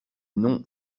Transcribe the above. non